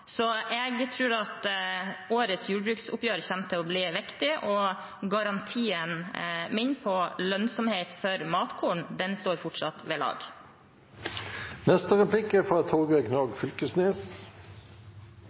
så jeg tror at årets jordbruksoppgjør kommer til å bli viktig, og garantien min for lønnsomhet på matkorn står fortsatt ved lag. Vi hadde ein straumstøtterunde før krigen – eg føler det er